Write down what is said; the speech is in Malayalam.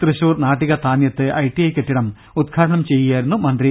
തൃശൂർ നാട്ടിക താന്നൃത്ത് ഐടിഐ കെട്ടിടം ഉദ്ഘാടനം ചെയ്യുക യായിരുന്നു മന്ത്രി